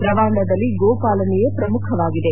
ರವಾಂಡಾದಲ್ಲಿ ಗೋ ಪಾಲನೆಯೇ ಪ್ರಮುಖವಾಗಿದೆ